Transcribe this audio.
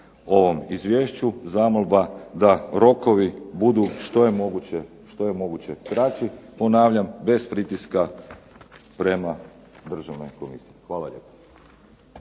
ovom izvješću zamolba da rokovi budu što je moguće kraći, ponavljam bez pritiska prema državnoj komisiji. Hvala lijepa.